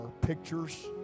pictures